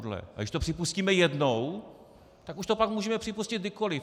A když to připustíme jednou, tak už to pak můžeme připustit kdykoliv.